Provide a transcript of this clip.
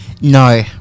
No